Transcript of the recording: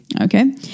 Okay